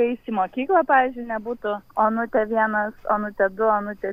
kai eis į mokyklą pavyzdžiui nebūtų onutė vienas onutė du onutė